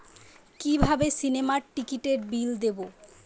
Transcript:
কিভাবে সিনেমার টিকিটের বিল দেবো?